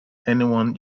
anyone